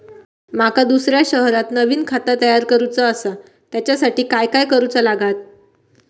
माका दुसऱ्या शहरात नवीन खाता तयार करूचा असा त्याच्यासाठी काय काय करू चा लागात?